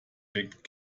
weckt